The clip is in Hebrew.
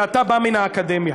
ואתה בא מן האקדמיה,